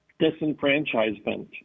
Disenfranchisement